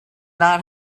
not